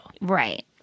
Right